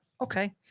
Okay